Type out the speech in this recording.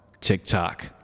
TikTok